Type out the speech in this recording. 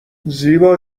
زیبا